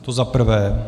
To za prvé.